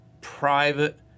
private